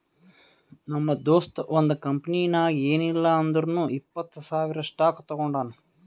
ನಮ್ ದೋಸ್ತ ಒಂದ್ ಕಂಪನಿನಾಗ್ ಏನಿಲ್ಲಾ ಅಂದುರ್ನು ಇಪ್ಪತ್ತ್ ಸಾವಿರ್ ಸ್ಟಾಕ್ ತೊಗೊಂಡಾನ